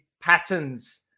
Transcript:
patterns